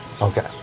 Okay